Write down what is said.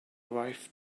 wife